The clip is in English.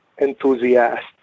enthusiasts